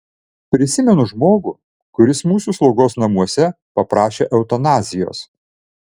prisimenu žmogų kuris mūsų slaugos namuose paprašė eutanazijos